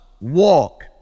walk